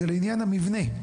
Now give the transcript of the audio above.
זה לעניין המבנה.